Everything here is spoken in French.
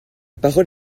parole